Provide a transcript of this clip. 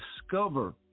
discover